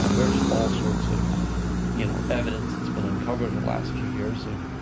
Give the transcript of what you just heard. um there's all sorts of you know evidence that's been uncovered in the last few years of.